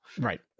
Right